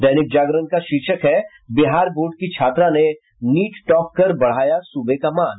दैनिक जागरण का शीर्षक है बिहार बोर्ड की छात्रा ने नीट टॉप कर बढ़ाया सूबे का मान